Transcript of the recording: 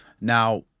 Now—